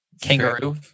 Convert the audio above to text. Kangaroo